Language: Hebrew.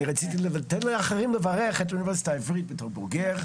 תן לאחרים לברך את האוניברסיטה העברית בתור בוגר.